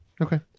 Okay